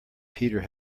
peter